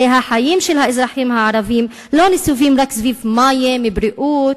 הרי החיים של האזרחים הערבים לא נסבים רק סביב מים ובריאות,